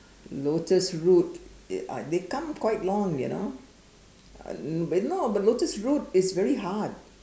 lotus root it uh they come quite long you know uh no but lotus root is very hard